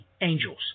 angels